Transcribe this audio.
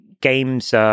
games